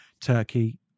turkey